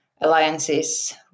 alliances